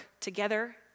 together